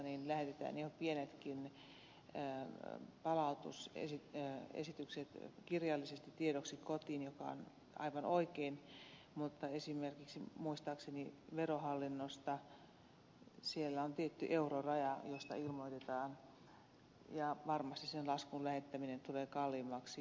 esimerkiksi kelasta lähetetään ihan pienetkin palautusesitykset kirjallisesti tiedoksi kotiin mikä on aivan oikein mutta esimerkiksi muistaakseni verohallinnossa on tietty euroraja jolloin ilmoitetaan ja varmasti sen laskun lähettäminen tulee kalliimmaksi